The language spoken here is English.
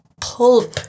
Pulp